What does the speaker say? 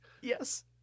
yes